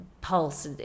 pulse